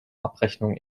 abrechnung